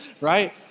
right